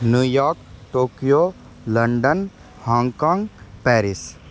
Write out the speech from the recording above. New York Tokyo London Hong Kong Paris